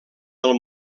del